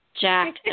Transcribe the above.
Jack